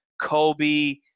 Kobe